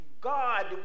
God